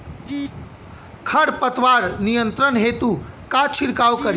खर पतवार नियंत्रण हेतु का छिड़काव करी?